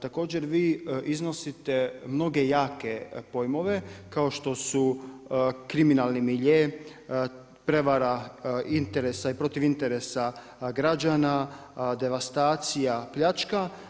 Također vi iznosite mnoge jake pojmove kao što su kriminalni milje, prevara interesa i protiv interesa građana, devastacija, pljačka.